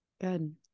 Good